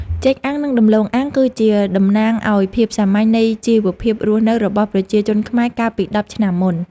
ចេកអាំងនិងដំឡូងអាំងគឺជាតំណាងឱ្យភាពសាមញ្ញនៃជីវភាពរស់នៅរបស់ប្រជាជនខ្មែរកាលពីដប់ឆ្នាំមុន។